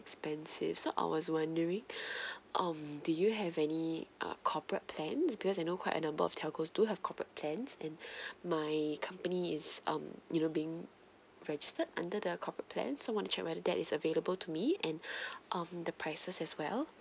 expensive so I was wondering um do you have any uh corporate plans because I know quite a number of telco do have corporate plans and my company it's um you know being registered under the corporate plans so want to check whether that is available to me and um the prices as well